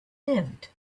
lived